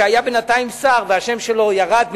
שהיה בינתיים שר והשם שלו ירד מהעניין,